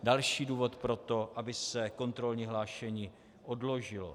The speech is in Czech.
Další důvod pro to, aby se kontrolní hlášení odložilo.